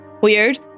weird